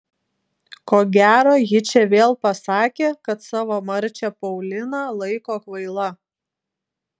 ko gero ji čia vėl pasakė kad savo marčią pauliną laiko kvaila